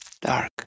dark